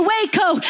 Waco